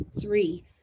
three